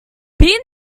been